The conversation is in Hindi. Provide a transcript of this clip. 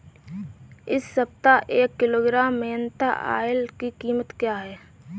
इस सप्ताह एक किलोग्राम मेन्था ऑइल की कीमत क्या है?